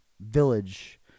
village